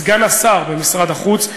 סגן השר במשרד החוץ,